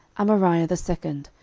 amariah the second,